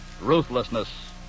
ruthlessness